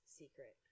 secret